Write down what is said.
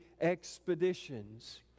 expeditions